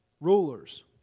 Rulers